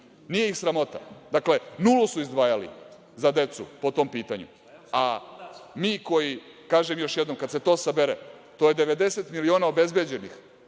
Nije ih sramota. Nulu su izdvajali za decu po tom pitanju, a mi koji, kažem još jednom, kada se to sabere to je 90 miliona obezbeđenih